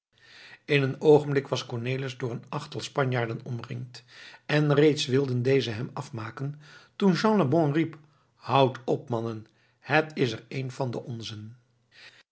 in een oogenblik was cornelis door een achttal spanjaarden omringd en reeds wilden dezen hem afmaken toen jean lebon riep houdt op mannen het is er een van de onzen